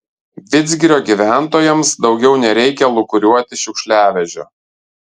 vidzgirio gyventojams daugiau nereikia lūkuriuoti šiukšliavežio